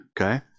Okay